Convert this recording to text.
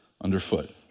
underfoot